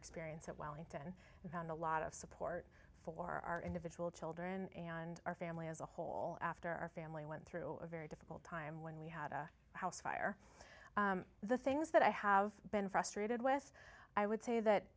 experience at wellington and found a lot of support for our individual children and our family as a whole after our family went through a very difficult time when we had a house fire the things that i have been frustrated with i would say that